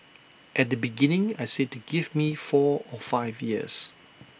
at the beginning I said to give me four or five years